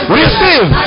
receive